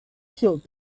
should